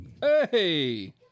Hey